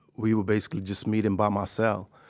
we were basically just meeting by my cell.